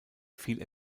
fiel